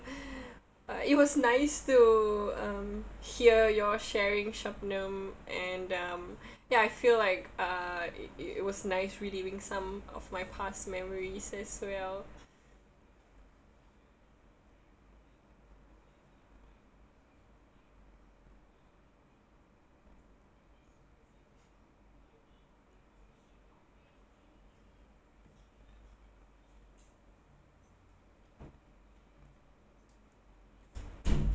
uh it was nice to um hear your sharing and um yeah I feel like uh it was nice reliving some of my past memories as well